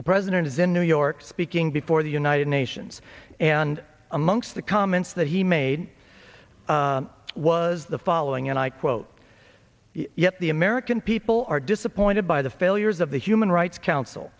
the president is in new york speaking before the united nations and amongst the comments that he made was the following and i quote yet the american people are disappointed by the failures of the human rights council